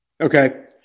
Okay